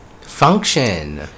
function